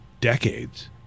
decades